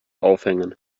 aufhängen